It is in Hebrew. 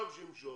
הוא ימשוך עכשיו.